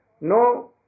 no